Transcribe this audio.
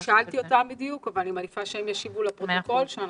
אני שאלתי אותם אבל אני מעדיפה שהם ישיבו לפרוטוקול כדי